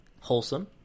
wholesome